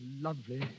lovely